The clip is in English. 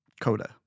coda